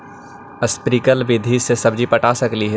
Sprinkle विधि से सब्जी पटा सकली हे?